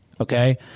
okay